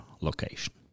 location